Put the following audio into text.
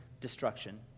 destruction